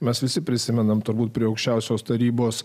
mes visi prisimename turbūt prie aukščiausios tarybos